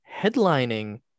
headlining